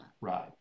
Right